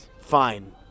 Fine